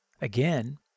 Again